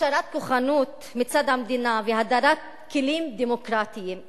הכשרת כוחנות מצד המדינה והדרת כלים דמוקרטיים,